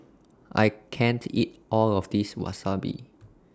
I can't eat All of This Wasabi